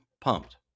pumped